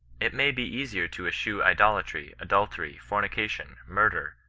it may be easier to eschew idolatry, adultery, fornication, murder,